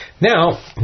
Now